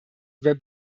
were